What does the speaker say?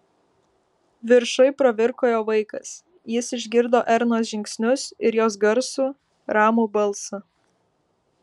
viršuj pravirko jo vaikas jis išgirdo ernos žingsnius ir jos garsų ramų balsą